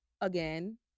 again